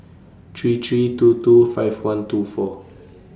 three three two two five one two four